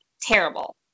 terrible